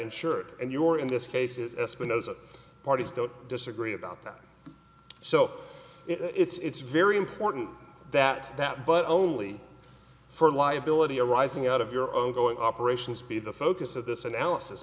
insured and your in this case is espinosa parties don't disagree about that so it's very important that that but only for liability arising out of your own going operations be the focus of this analysis